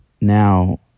now